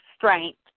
Strength